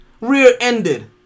rear-ended